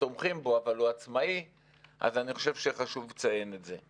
תומכים בו אבל הוא עצמאי חשוב לציין את זה.